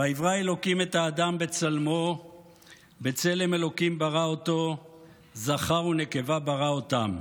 " ויברא אלהים את האדם בצלמו בצלם אלהים ברא אתו זכר ונקבה ברא אתם".